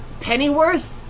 Pennyworth